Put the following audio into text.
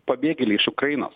pabėgėliai iš ukrainos